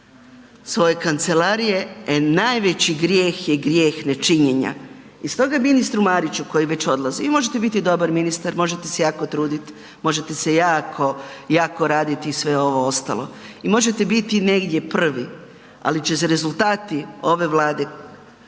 svoje kancelarije, e najveći grijeh je grijeh nečinjenja. I stoga ministru Mariću koji već odlazi, i možete biti dobar ministar, možete se jako trudit, možete se jako, jako raditi sve ovo ostalo i možete biti negdje prvi, ali će se rezultati ove Vlade voditi